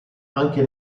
anche